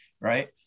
right